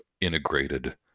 integrated